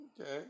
Okay